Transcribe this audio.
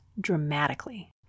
dramatically